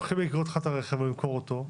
הולכים לגרור לך את הרכב ולמכור אותו,